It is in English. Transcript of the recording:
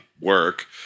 work